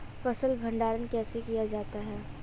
फ़सल भंडारण कैसे किया जाता है?